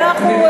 ואנחנו,